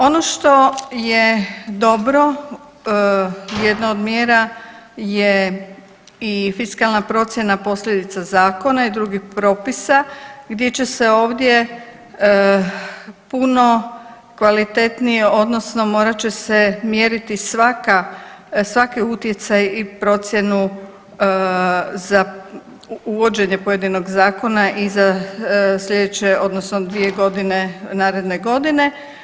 Ono što je dobro jedna od mjera je i fiskalna procjena posljedica zakona i drugih propisa gdje će se ovdje puno kvalitetnije odnosno morat će se mjeriti svaki utjecaj i procjenu za uvođenje pojedinog zakona i za sljedeće odnosno dvije godine naredne godine.